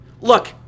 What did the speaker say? Look